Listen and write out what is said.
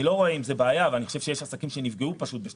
אני לא רואה בעיה אבל אני חושב שיש עסקים שנפגעו בינואר-פברואר.